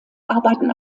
arbeiten